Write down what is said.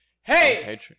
Hey